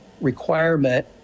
requirement